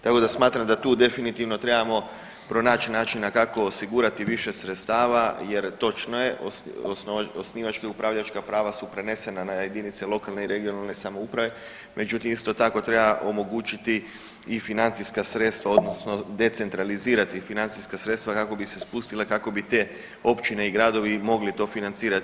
Tako da smatram da tu definitivno trebamo pronaći načina kako osigurati više sredstava jer točno je, osnivačka i upravljačka prava su prenesena na jedinice lokalne i regionalne samouprave međutim, isto tako, treba omogućiti i financijska sredstva, odnosno decentralizirati financijska sredstva kako bi se spustile, kako bi te općine i gradovi mogli to financirati.